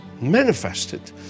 manifested